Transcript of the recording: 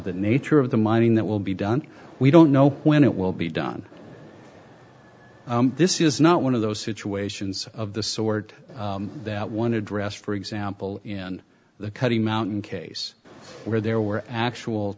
the nature of the mining that will be done we don't know when it will be done this is not one of those situations of the sort that one addressed for example in the cutting mountain case where there were actual